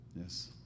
Yes